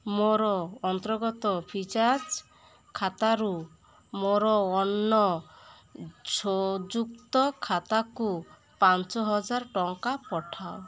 ମୋର ଅନ୍ତର୍ଗତ free charge ଖାତାରୁ ମୋର ଅନ୍ୟ ସଂଯୁକ୍ତ ଖାତାକୁ ପାଞ୍ଚହଜାର ଟଙ୍କା ପଠାଅ